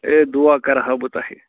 A دُعا کَرٕہا بہٕ تۄہہِ